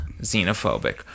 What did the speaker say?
xenophobic